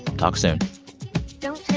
talk soon don't